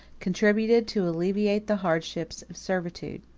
contributed to alleviate the hardships of servitude.